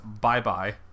bye-bye